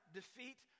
defeat